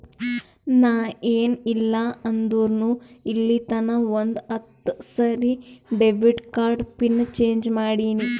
ನಾ ಏನ್ ಇಲ್ಲ ಅಂದುರ್ನು ಇಲ್ಲಿತನಾ ಒಂದ್ ಹತ್ತ ಸರಿ ಡೆಬಿಟ್ ಕಾರ್ಡ್ದು ಪಿನ್ ಚೇಂಜ್ ಮಾಡಿನಿ